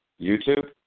YouTube